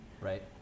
Right